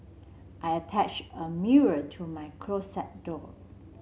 I attached a mirror to my closet door